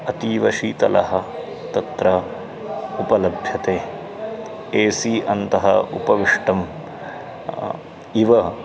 अतीव शीतलः तत्र उपलभ्यते ए सि अन्तः उपविष्टम् इव